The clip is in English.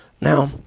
Now